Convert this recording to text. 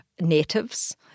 natives